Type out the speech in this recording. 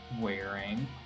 wearing